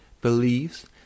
believes